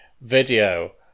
video